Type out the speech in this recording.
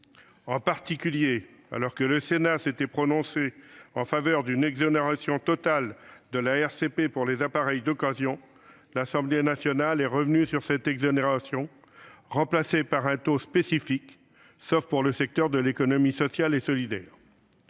En particulier, alors que le Sénat s'était prononcé en faveur d'une exonération totale de la rémunération pour copie privée (RCP) pour les appareils d'occasion, l'Assemblée nationale est revenue sur cette exonération, remplacée par un taux spécifique, sauf pour le secteur de l'économie sociale et solidaire.